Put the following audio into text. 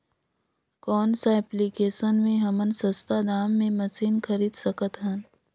कौन सा एप्लिकेशन मे हमन सस्ता दाम मे मशीन खरीद सकत हन?